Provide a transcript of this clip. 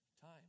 time